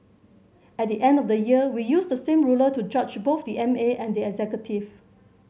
at the end of the year we use the same ruler to judge both the M A and the executive